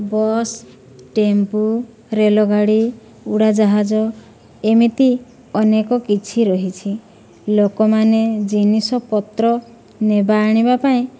bus tempo ରେଲଗାଡ଼ି ଉଡ଼ାଜାହାଜ ଏମିତି ଅନେକ କିଛି ରହିଛି ଲୋକମାନେ ଜିନିଷପତ୍ର ନେବା ଆଣିବା ପାଇଁ